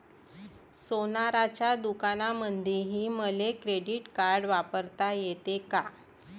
सोनाराच्या दुकानामंधीही मले क्रेडिट कार्ड वापरता येते का?